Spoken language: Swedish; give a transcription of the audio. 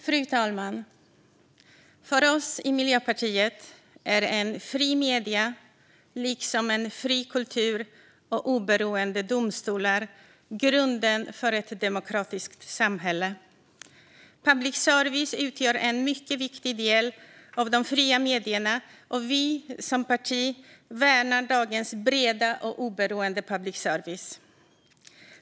Fru talman! För oss i Miljöpartiet är fria medier liksom en fri kultur och oberoende domstolar grunden för ett demokratiskt samhälle. Public service utgör en mycket viktig del av de fria medierna, och vi som parti värnar dagens breda och oberoende public service.